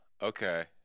okay